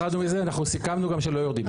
אנחנו סיכמנו גם שלא יורדים מזה.